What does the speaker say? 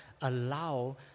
allow